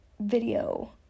video